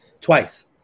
twice